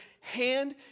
hand